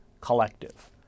collective